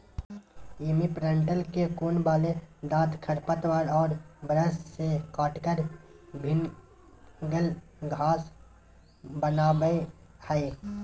imprinter के कोण वाले दांत खरपतवार और ब्रश से काटकर भिन्गल घास बनावैय हइ